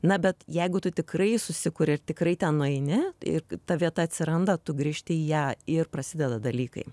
na bet jeigu tu tikrai susikuri tikrai ten nueini ir ta vieta atsiranda tu grįžti į ją ir prasideda dalykai